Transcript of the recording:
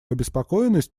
обеспокоенность